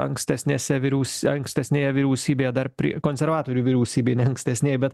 ankstesnėse vyriaus ankstesnėje vyriausybėje dar prie konservatorių vyriausybėj ne ankstesnėj bet